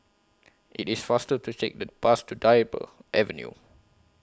IT IS faster to Take The Bus to Dryburgh Avenue